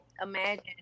imagine